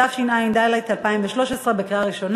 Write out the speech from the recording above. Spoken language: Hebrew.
18 בעד,